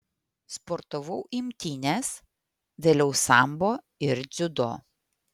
sportavau imtynes vėliau sambo ir dziudo